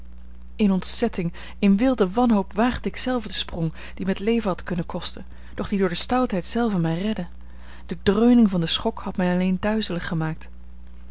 in ontzetting in wilde wanhoop waagde ik zelve den sprong die mij het leven had kunnen kosten doch die door de stoutheid zelve mij redde de dreuning van den schok had mij alleen duizelig gemaakt